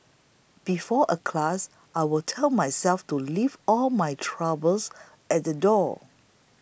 before a class I will tell myself to leave all my troubles at the door